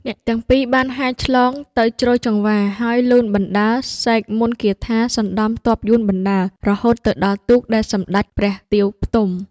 អ្នកទាំងពីរបានហែលឆ្លងទៅជ្រោយចង្វា ហើយលូនបណ្តើរ សែកមន្តគាថាសណ្តំទ័ពយួនបណ្តើរ រហូតទៅដល់ទូកដែលសម្តេចព្រះទាវផ្ទំ។